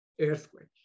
earthquake